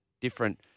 different